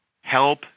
help